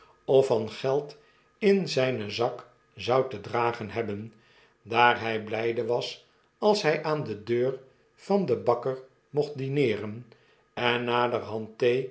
of van geld in zynen zak zou te dragen hebben daar hy blyde was alshyaande deur van den bakker mocht dineeren en naderhand